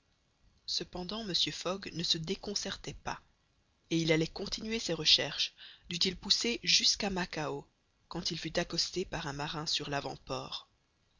cependant mr fogg ne se déconcertait pas et il allait continuer ses recherches dût-il pousser jusqu'à macao quand il fut accosté par un marin sur lavant port